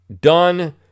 done